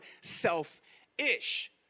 self-ish